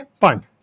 fine